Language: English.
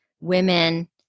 women